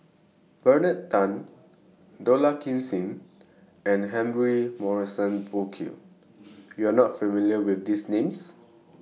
Bernard Tan Dollah Kassim and Humphrey Morrison Burkill YOU Are not familiar with These Names